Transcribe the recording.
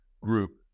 group